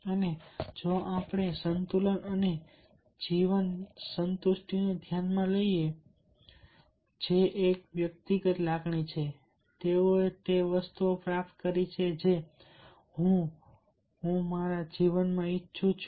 અને જો આપણે સંતુલન અને જીવન સંતુષ્ટિને ધ્યાનમાં લઈએ જે એક વ્યક્તિલક્ષી લાગણી છે તેઓએ તે વસ્તુઓ પ્રાપ્ત કરી છે જે હું હું મારા જીવનમાં ઇચ્છું છું